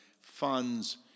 funds